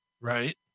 Right